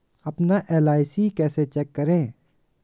अपना एल.आई.सी कैसे चेक करें?